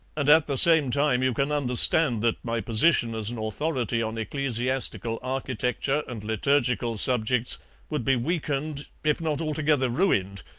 and at the same time you can understand that my position as an authority on ecclesiastical architecture and liturgical subjects would be weakened, if not altogether ruined,